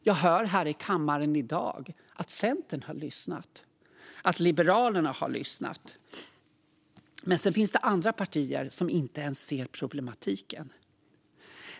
Jag hör här i kammaren i dag att Centern och Liberalerna har lyssnat. Men sedan finns det andra partier som inte ens ser problematiken.